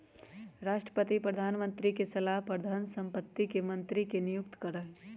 राष्ट्रपति प्रधानमंत्री के सलाह पर धन संपत्ति मंत्री के नियुक्त करा हई